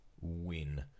win